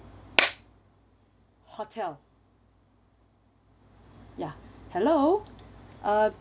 hotel ya hello uh